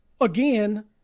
again